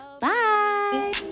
Bye